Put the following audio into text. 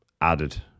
added